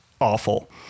awful